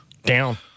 Down